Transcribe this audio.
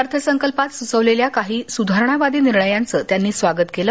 अर्थसंकल्पात सुचवलेल्या काही सुधावरणावादी निर्णयांचं त्यांनी स्वागत केलं